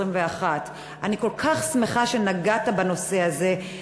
אני כל כך שמחה שנגעת בנושא הזה,